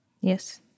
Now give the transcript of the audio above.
Yes